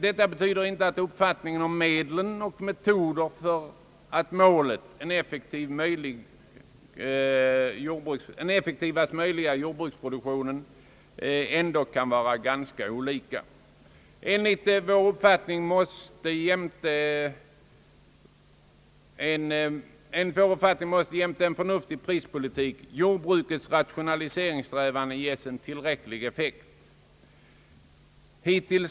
Detta betyder inte att uppfattningen om medlen och metoderna för att nå målet, en så effektiv jordbruksproduktion som möjligt, ändå kan vara ganska skilda. Enligt vår uppfattning måste jämte en förnuftig prispolitik jordbrukets rationaliseringssträvanden ges en tillräcklig effekt.